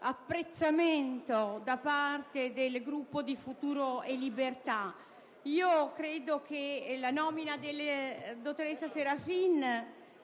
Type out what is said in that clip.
apprezzamento da parte del Gruppo di Futuro e Libertà. Credo che la nomina della dottoressa Serafin,